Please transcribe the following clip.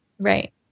Right